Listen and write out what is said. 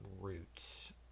roots